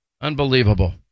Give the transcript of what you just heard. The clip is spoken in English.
Unbelievable